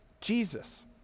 Jesus